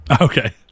okay